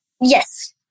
Yes